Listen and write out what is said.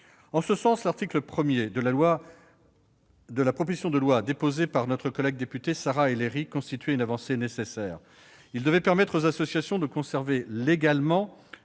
En ce sens, l'article 1 de la proposition de loi déposée par notre collègue députée Sarah El Haïry constituait une avancée nécessaire. Il devait permettre aux associations de conserver légalement